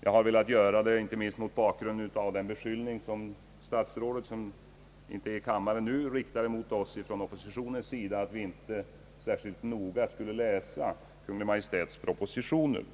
jag har velat göra det nu, inte minst mot bakgrund av den beskyllning som statsrådet — som inte är i kammaren nu — riktat mot oss inom oppositionen, att vi inte särskilt noga skulle läsa Kungl. Maj:ts propositioner.